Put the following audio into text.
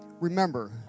Remember